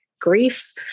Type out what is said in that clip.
grief